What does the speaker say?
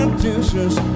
dishes